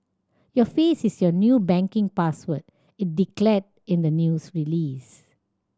your face is your new banking password it declared in the news release